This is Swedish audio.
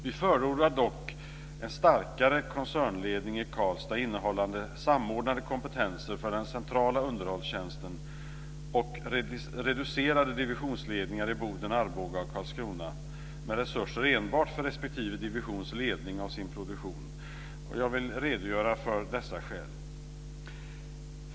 Vi förordar dock en starkare koncernledning i Karlstad innehållande samordnade kompetenser för den centrala underhållstjänsten och reducerade divisionsledningar i Boden, Arboga och Karlskrona med resurser enbart för respektive divisions ledning av sin produktion. Jag vill redogöra för dessa skäl.